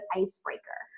icebreaker